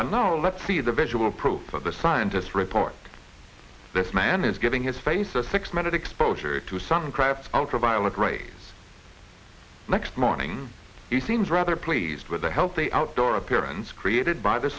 and now let's see the visual proof that the scientists report this man is giving his face a six minute exposure to sun craft ultraviolet rays next morning he seems rather pleased with the healthy outdoor appearance created by the